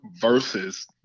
versus